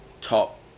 top